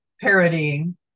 parodying